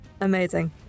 Amazing